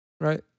Right